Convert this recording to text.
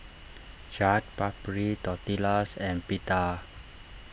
Chaat Papri Tortillas and Pita